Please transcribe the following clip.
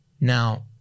now